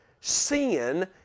Sin